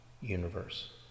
universe